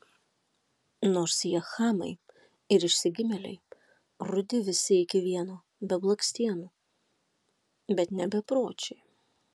nors jie chamai ir išsigimėliai rudi visi iki vieno be blakstienų bet ne bepročiai